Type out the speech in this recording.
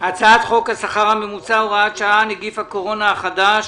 חוק השכר הממוצע (הוראת שעה - נגיף הקורונה החדש).